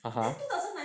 ah